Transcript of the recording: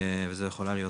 זה יכולה להיות